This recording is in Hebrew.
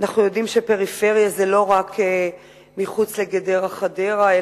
אנחנו יודעים שפריפריה זה לא רק מחוץ לגדרה חדרה,